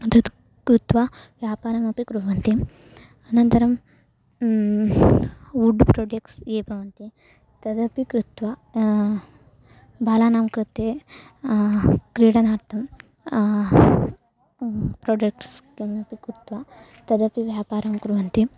तद् कृत्वा व्यापारमपि कुर्वन्ति अनन्तरं वुड् प्रोडेक्ट्स् ये भवन्ति तदपि कृत्वा बालानाङ्कृते क्रीडनार्थं प्रोडेक्ड्ट्स् किमपि कृत्वा तदपि व्यापारं कुर्वन्ति